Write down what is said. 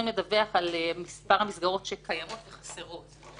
לדווח על מספר המסגרות שקיימות וחסרות.